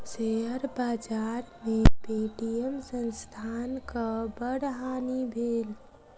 share बाजार में Paytm संस्थानक बड़ हानि भेल